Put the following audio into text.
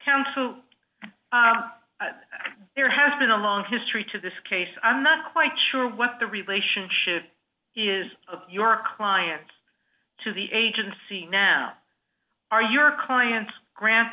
counsel there has been a long history to this case i'm not quite sure what the relationship is of your clients to the agency now are your clients grant